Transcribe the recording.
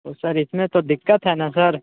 तो सर इसमें तो दिक्कत है ना सर